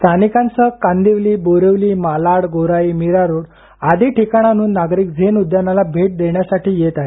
स्थानिकांसह Kandivali Borivali Malad Gorai Mira road आदी ठिकाणांह्न नागरिक झेन उद्यानाला भेट देण्यासाठी येत आहेत